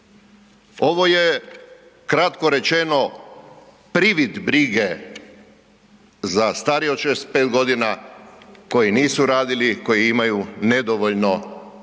Ovo je kratko rečeno privid brige za starije od 65.g. koji nisu radili, koji imaju nedovoljno,